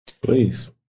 Please